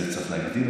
אז צריך להגדיר את זה.